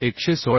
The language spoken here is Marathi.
मूल्य 116